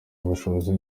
ubushobozi